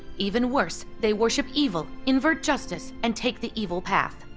even worse, they worship evil, invert justice, and take the evil path.